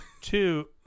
two